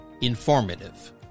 Informative